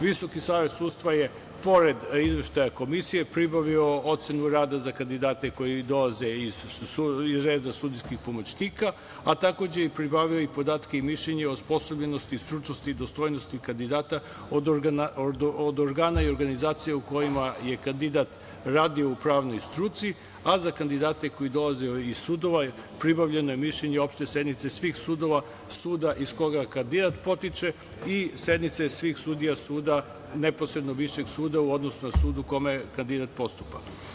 Visoki savet sudstva je pored izveštaja komisije pribavio ocenu rada za kandidate koji dolaze iz reda sudijskih pomoćnika, a takođe i pribavljaju i podatke i mišljenja osposobljenosti, stručnosti, dostojnosti kandidata od organa i organizacija u kojima je kandidat radio u pravnoj struci, a za kandidate koji dolaze iz sudova pribavljeno je mišljenje opšte sednice svih sudova, suda iz koga kandidat potiče i sednica je svih sudija suda neposrednog Višeg suda u odnosu na sud u kome kandidat postupa.